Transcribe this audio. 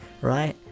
right